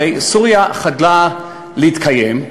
הרי סוריה חדלה להתקיים.